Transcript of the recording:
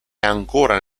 ancora